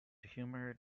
humoured